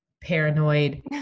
paranoid